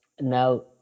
Now